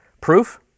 Proof